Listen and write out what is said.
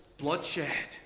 Bloodshed